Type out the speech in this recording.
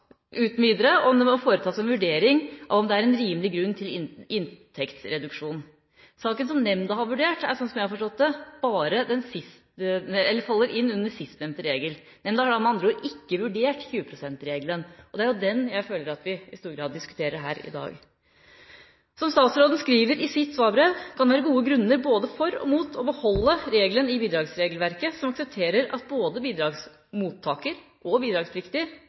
uten videre, og om det må foretas en vurdering av om det er en rimelig grunn til inntektsreduksjonen. Saken som nemnda har vurdert, faller – slik jeg har forstått det – innunder sistnevnte regel. Nemnda har da med andre ord ikke vurdert 20 pst.-regelen, og det er jo den jeg føler vi i stor grad diskuterer her i dag. Som statsråden skriver i sitt svarbrev, kan det være gode grunner både for og imot å beholde regelen i bidragsregelverket som aksepterer at både bidragsmottaker og